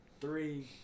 three